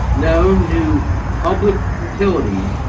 no new public utilities,